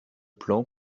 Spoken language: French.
plan